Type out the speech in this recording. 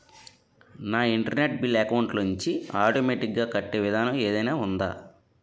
నా internet bill account లోంచి automatic గా కట్టే విధానం ఏదైనా ఉందా?